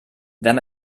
wenn